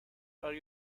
are